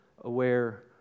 aware